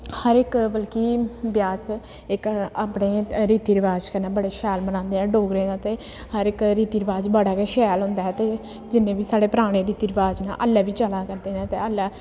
हर इक बल्कि ब्याह् च इक अपने रीति रवाज कन्नै बड़े शैल बनांदे ऐ डोगरें दा ते हर इक रीति रवाज बड़ा गै शैल होंदा ऐ ते जिन्ने बी साढ़े पराने रीति रवाज न हल्लै बी चला करदे न ते हल्लै